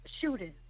shooting